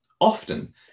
often